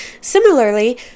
similarly